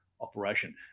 operation